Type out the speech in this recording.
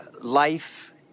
life